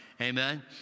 amen